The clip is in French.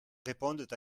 répondent